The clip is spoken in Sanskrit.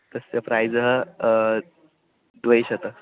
तस्य प्रैस द्विशतं